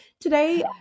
today